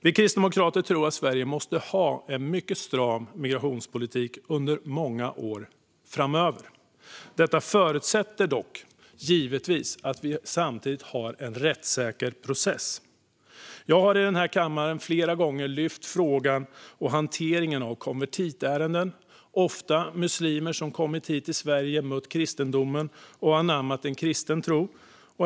Vi kristdemokrater tror att Sverige måste ha en mycket stram migrationspolitik under många år framöver. Detta förutsätter dock givetvis att vi samtidigt har en rättssäker process. Jag har i denna kammare flera gånger lyft frågan om hanteringen av konvertitärenden. Det är ofta muslimer som har kommit hit till Sverige, mött kristendomen och anammat den kristna tron.